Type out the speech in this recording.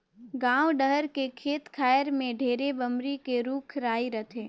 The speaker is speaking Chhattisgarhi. गाँव डहर के खेत खायर में ढेरे बमरी के रूख राई रथे